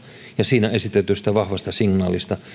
ja siinä esitetystä vahvasta signaalista